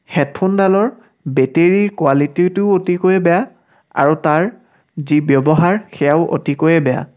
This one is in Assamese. হেডফোনডালৰ বেটেৰীৰ কোৱালিটিটোও অতিকৈয়ে বেয়া আৰু তাৰ যি ব্যৱহাৰ সেয়াও অতিকৈয়ে বেয়া